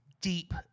deep